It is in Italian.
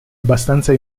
abbastanza